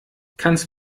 kannst